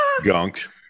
gunked